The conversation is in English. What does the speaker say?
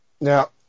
now